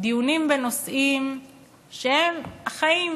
דיונים בנושאים שהם החיים